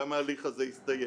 גם ההליך הזה יסתיים.